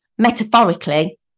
metaphorically